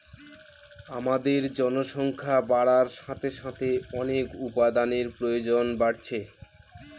আমাদের জনসংখ্যা বাড়ার সাথে সাথে অনেক উপাদানের প্রয়োজন বাড়ছে